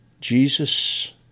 Jesus